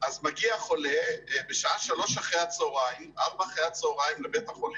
אז מגיע חולה בשעה 16:00-15:00 אחרי הצהריים לבית החולים,